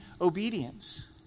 obedience